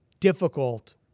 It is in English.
difficult